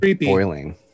boiling